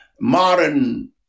modern